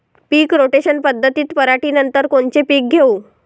पीक rotation पद्धतीत पराटीनंतर कोनचे पीक घेऊ?